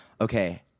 okay